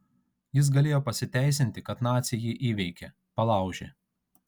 jis galėjo pasiteisinti kad naciai jį įveikė palaužė